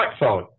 smartphone